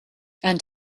and